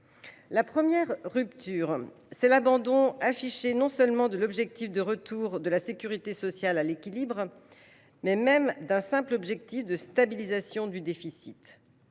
La première rupture est celle de l’abandon affiché, non seulement de l’objectif de retour de la sécurité sociale à l’équilibre, mais aussi du simple objectif de stabilisation du déficit.